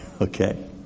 okay